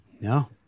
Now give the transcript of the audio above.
No